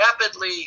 rapidly